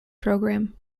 program